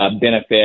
benefit